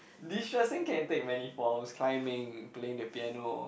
destressing can take many forms climbing playing the piano